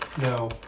No